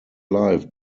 life